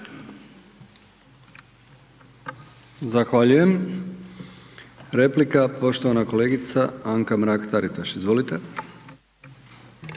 Zahvaljujem. Replika poštovana kolegica Anka Mrak-Taritaš, izvolite.